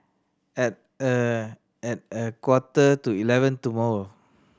at a at a quarter to eleven tomorrow